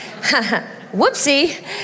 Whoopsie